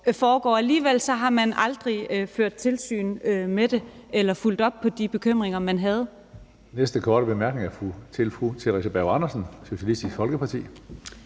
foregår, og alligevel har man aldrig ført tilsyn med det eller fulgt op på de bekymringer, man havde.